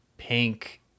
Pink